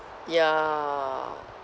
ya